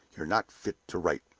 you're not fit to write.